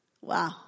Wow